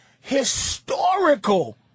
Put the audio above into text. historical